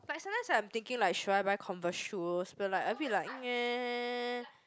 but sometimes I'm thinking like should I buy Converse shoe but like a bit like